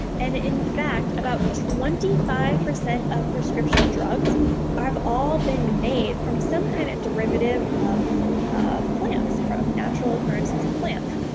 and in fact about twenty five percent of prescriptions drugs um have all been made by some kind of derivative of ah plants, from natural occurrences in plants.